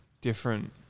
different